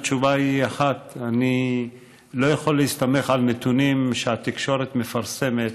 התשובה היא אחת: אני לא יכול להסתמך על נתונים שהתקשורת מפרסמת.